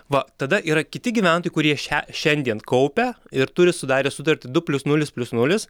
va tada yra kiti gyventojai kurie šią šiandien kaupia ir turi sudarę sutartį du plius nulis plius nulis